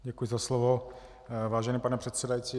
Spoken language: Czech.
Děkuji za slovo, vážený pane předsedající.